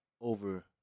over